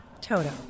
Toto